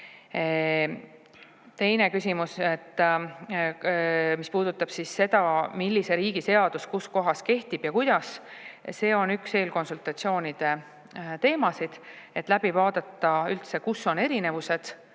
küsimus, mis puudutab seda, millise riigi seadus kus kohas kehtib ja kuidas – see on üks eelkonsultatsioonide teemasid, et läbi vaadata, kus on erinevused,